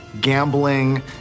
gambling